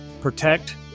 protect